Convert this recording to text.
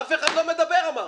--- אף אחד לא מדבר אמרתי.